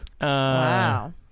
Wow